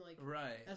Right